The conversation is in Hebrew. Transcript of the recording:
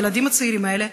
הילדים הצעירים האלה,